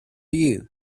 you